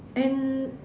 and